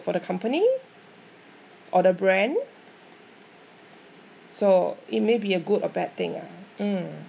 for the company or the brand so it may be a good or bad thing ah um